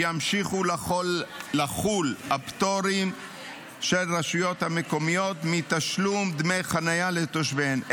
ימשיכו לחול הפטורים של הרשויות מקומיות מתשלום דמי חניה לתושביהן,